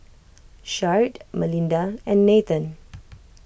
Sharde Melinda and Nathen